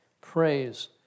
praise